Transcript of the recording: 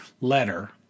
letter